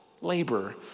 Labor